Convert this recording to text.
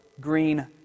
green